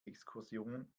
exkursion